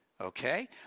Okay